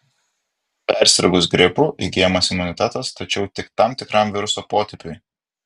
persirgus gripu įgyjamas imunitetas tačiau tik tam tikram viruso potipiui